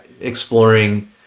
exploring